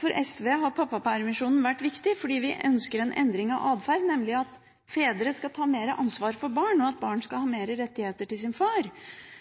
For SV har pappapermisjonen vært viktig fordi vi ønsker en endring av atferd, nemlig at fedre skal ta mer ansvar for barn, og at barn skal ha større rettigheter overfor sin far.